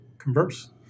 Converse